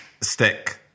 stick